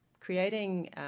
creating